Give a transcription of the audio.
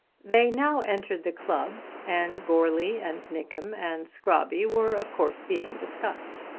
they now entered the club and goarly and nickem and scrobby were of course being discussed.